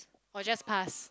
or just pass